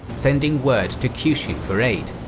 sending word to kyushu for aid.